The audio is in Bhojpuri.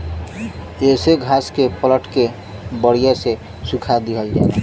येसे घास के पलट के बड़िया से सुखा दिहल जाला